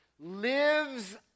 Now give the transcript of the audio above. lives